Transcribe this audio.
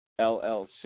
LLC